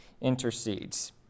intercedes